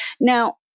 Now